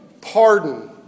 pardon